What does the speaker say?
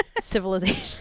civilization